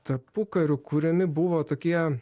tarpukariu kuriami buvo tokie